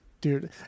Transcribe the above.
dude